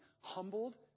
humbled